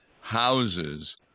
houses